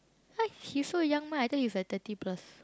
!huh! he so young meh I thought he's like thirty plus